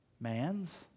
Man's